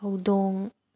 ꯍꯧꯗꯣꯡ